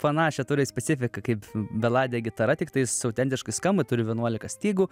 panašią turi specifiką kaip beladė gitara tiktais autentiškai skamba turi vienuolika stygų